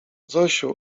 zosiu